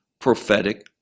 prophetic